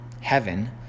Heaven